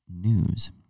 news